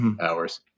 hours